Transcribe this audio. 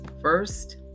First